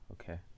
Okay